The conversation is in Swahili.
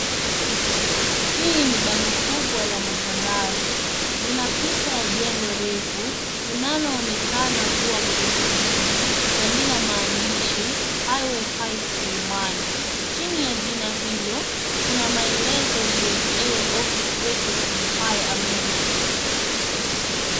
Hii ni bango kubwa la matangazo. Lina picha ya jengo refu linaloonekana kuwa ghorofa nyingi na lina maandishi "HIGHWAY HEIGHTS KILIMANI" . Chini ya jina hilo, kuna maelezo grade A office spaces with high ammenities .